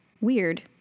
weird